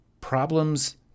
Problems